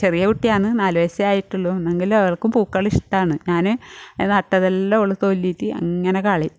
ചെറിയ കുട്ടിയാണ് നാലു വയസ്സേ ആയിട്ടുള്ളൂ എന്നെങ്കിലും അവൾക്ക് പൂക്കൾ ഇഷ്ടമാണ് ഞാൻ നട്ടെതെല്ലാം ഓൾ തൊല്ലിയിട്ട് അങ്ങനെ കളയും